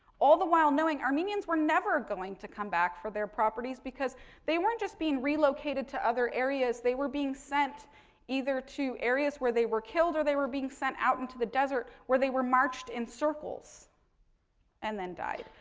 all the while knowing armenians were never going to come back for their properties because they weren't just being relocated to other areas, they were being sent either to areas where they were killed or they were being sent out into the desert where they were marched in circles and then died.